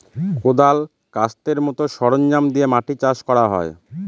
কোঁদাল, কাস্তের মতো সরঞ্জাম দিয়ে মাটি চাষ করা হয়